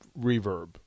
reverb